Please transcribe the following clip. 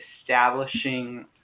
establishing